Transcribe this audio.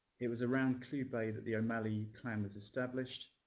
it was around clew bay that the o'malley clan was established.